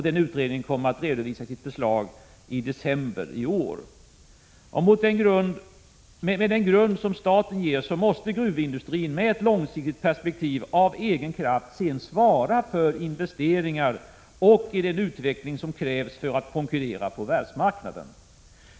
Den utredningen kommer att redovisa sitt förslag i december i år. Med den grund som staten ger måste gruvindustrin med ett långsiktigt perspektiv av egen kraft svara för investeringar och den utveckling som krävs för att man skulle kunna konkurrera på världsmarknaden.